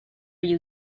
you